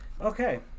okay